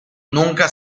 nunca